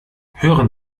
hören